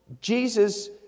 Jesus